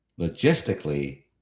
logistically